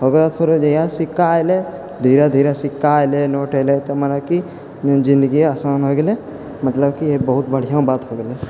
ओकर बाद फेरो जहियासँ सिक्का एलै धीरे धीरे सिक्का एलै नोट एलै तऽ मने कि जिन्दगी आसान हो गेलै मतलब कि ई बहुत बढ़िऑं बात हो गेलै